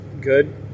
good